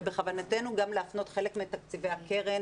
בכוונתנו גם להפנות חלק מתקציבי הקרן